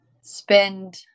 spend